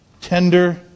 tender